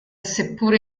seppur